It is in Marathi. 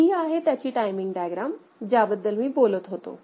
तर ही आहे त्याची टाइमिंग डायग्राम ज्याच्याबद्दल मी बोलत होतो